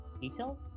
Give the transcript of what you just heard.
details